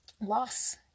loss